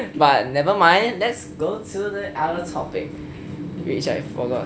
but nevermind let's go to the other topic which I forgot